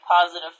positive